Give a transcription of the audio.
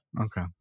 okay